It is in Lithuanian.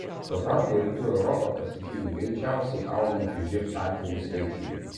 tuo tarpu rytų europa pasižymi greičiausiai augančiu živ atvejų skaičiumi